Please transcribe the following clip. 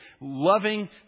loving